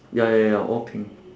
ya ya ya ya all pink